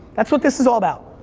that's what this is all about.